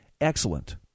Excellent